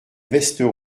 vestes